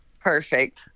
Perfect